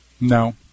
No